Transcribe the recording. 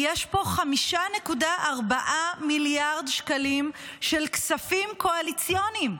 יש פה 5.4 מיליארד שקלים של כספים קואליציוניים.